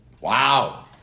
Wow